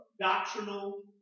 doctrinal